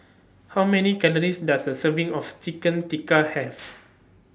How Many Calories Does A Serving of Chicken Tikka Have